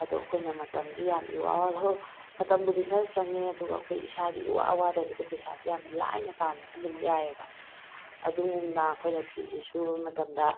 ꯑꯗꯣ ꯑꯩꯈꯣꯏꯅ ꯃꯇꯝꯁꯨ ꯌꯥꯝ ꯏꯋꯥ ꯋꯥꯗꯅ ꯍꯣꯏ ꯃꯇꯝꯕꯨꯗꯤ ꯈꯔ ꯆꯪꯉꯦ ꯑꯗꯨꯒ ꯑꯩꯈꯣꯏ ꯏꯁꯥꯗꯤ ꯏꯋꯥ ꯋꯥꯗꯕꯤꯗ ꯄꯩꯁꯥꯁꯤ ꯌꯥꯝ ꯂꯥꯏꯅ ꯇꯥꯟꯕꯁꯨ ꯑꯗꯨꯝ ꯌꯥꯏꯌꯦꯕ ꯑꯗꯨꯒꯨꯝꯅ ꯑꯩꯈꯣꯏꯅ ꯐꯤꯁꯤ ꯁꯨꯕ ꯃꯇꯝꯗ